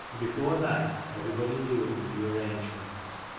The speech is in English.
and before night everybody knew of the new arrangements.